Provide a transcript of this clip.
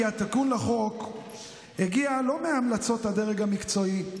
כי התיקון לחוק הגיע לא מהמלצות הדרג המקצועי,